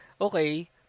okay